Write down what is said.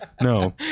no